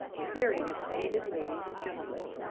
staring at the painted ladies and gentlemen,